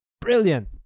brilliant